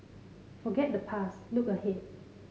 forget the past look ahead